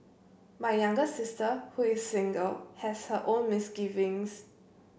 my younger sister who is single has her own misgivings